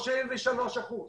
33 אחוזים.